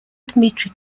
dmitry